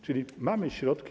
Czyli mamy środki.